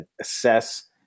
assess